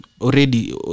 already